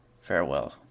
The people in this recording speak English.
Farewell